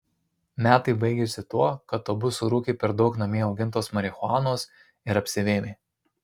metai baigėsi tuo kad abu surūkė per daug namie augintos marihuanos ir apsivėmė